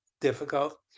difficult